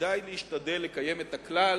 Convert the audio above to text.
כדאי להשתדל לקיים את הכלל